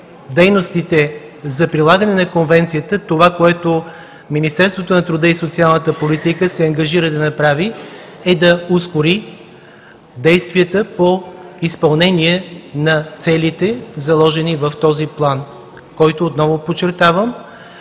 дейностите за прилагане на Конвенцията, това, което Министерството на труда и социалната политика се ангажира да направи, е да ускори действията по изпълнение на целите, заложени в този План, който, отново подчертавам,